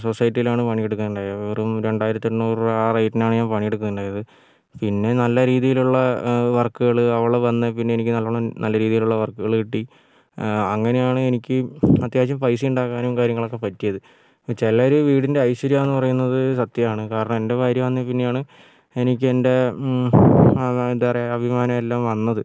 സൊസൈറ്റിയിലാണ് പണിയെടുക്കാറുണ്ടായത് വെറും രണ്ടായിരത്തി എണ്ണൂറ് രൂപ ആ റേറ്റിനാണ് ഞാൻ പണിയെടുക്കലുണ്ടായത് പിന്നെ നല്ല രീതിയിലുള്ള വർക്കുകള് അവള് വന്നതിൽ പിന്നെ എനിക്ക് നല്ലോണം നല്ല രീതിയിലുള്ള വർക്കുകള് കിട്ടി അങ്ങനെയാണ് എനിക്ക് അത്യാവശ്യം പൈസ ഉണ്ടാക്കാനും കാര്യങ്ങളും ഒക്കെ പറ്റിയത് ചിലര് വീടിൻ്റെ ഐശ്വര്യാണെന്ന് പറയുന്നത് സത്യമാണ് കാരണം എൻ്റെ ഭാര്യ വന്നതിൽ പിന്നെയാണ് എനിക്കെൻ്റെ എന്താ പറയുക അഭിമാനം എല്ലാം വന്നത്